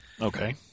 Okay